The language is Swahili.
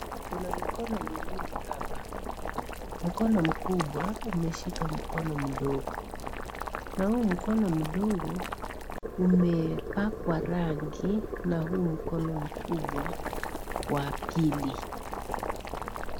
Kuna mikono mwili hapa. Mkono mkubwa, umeshika mkono mdogo. Na huu mkono mdogo, umepakwa rangi na huu mkono mkubwa wapili.